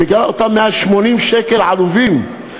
בגלל אותם 180 שקל עלובים,